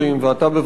ואתה בוודאי,